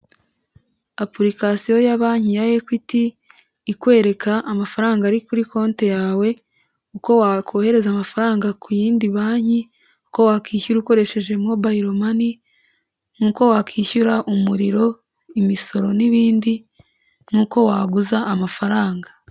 Apurikasiyo ya banki ya Ekwiti ikwereka amafaranga ari kuri konti yawe, uko wakohereza amafaranga ku yindi banki, uko wakwishyura ukoresheje mobile money n'uko wakwishyura umuriro, imisoro n'ibindi n'uko waguza amafaranga.